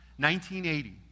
1980